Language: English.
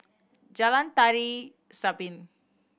Jalan Tari Zapin